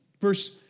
Verse